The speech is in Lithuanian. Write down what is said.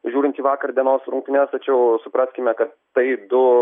žiūrint į vakar dienos rungtynes tačiau supraskime kad tai du